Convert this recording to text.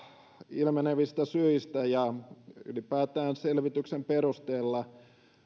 ilmenevistä syistä ja ylipäätään valiokunnan saaman selvityksen perusteella